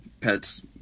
pets